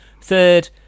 third